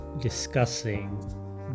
discussing